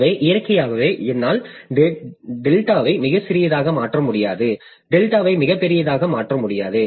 எனவே இயற்கையாகவே என்னால் டெல்டாவை மிகச் சிறியதாக மாற்ற முடியாது டெல்டாவை மிகப் பெரியதாக மாற்ற முடியாது